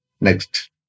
Next